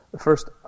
first